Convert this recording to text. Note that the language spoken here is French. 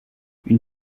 une